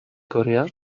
korea